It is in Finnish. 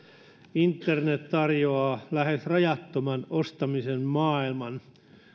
internet tarjoaa lähes rajattoman ostamisen maailman